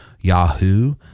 Yahoo